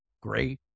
great